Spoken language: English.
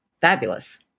fabulous